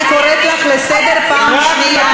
אני קוראת אותך לסדר בפעם השנייה.